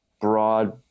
broad